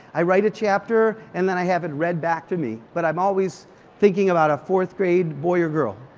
i write a chapter, and then i have it read back to me. but i'm always thinking about a fourth grade boy or girl.